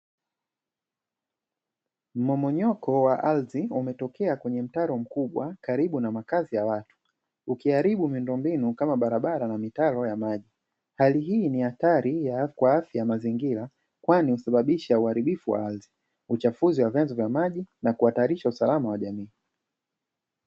Mmomonyoko wa ardhi umetokea kwenye mataro karibu na makazi ya watu, ukiharibu miundo mbinu kama barabara na mitaro ya maji , hali hii ni hatari kwa afya ya mazingira kwani husababisha uharibifu wa ardhi, uchafuzi wa vyanzo vya maji na kuhatarisha usalama kwa jamii.